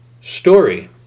story